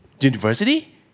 University